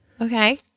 okay